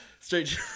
Straight